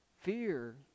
fear